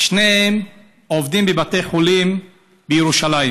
ושניהם עובדים בבתי חולים בירושלים.